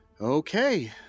Okay